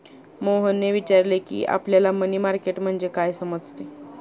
मोहनने विचारले की, आपल्याला मनी मार्केट म्हणजे काय समजते?